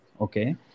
okay